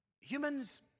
humans